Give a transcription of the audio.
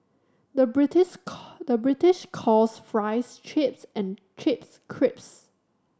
the the British calls fries chips and chips crisps